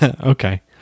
Okay